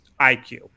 IQ